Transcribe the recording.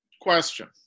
Question